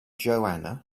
joanna